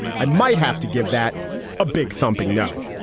i might have to give that a big something. no.